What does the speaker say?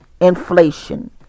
inflation